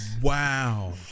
Wow